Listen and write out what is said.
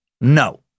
No